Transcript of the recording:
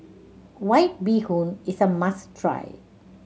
White Bee Hoon is a must try